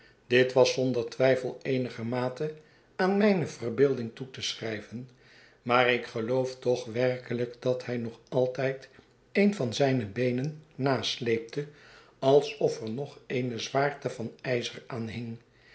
dit was zonder twijfel eenigermate aan mijne verbeelding toe te schrij ven maar ik geloof toch werkelijk dat hij nog altijd een van zijne beenen nasleepte alsof er nog eene zwaarte van ijzer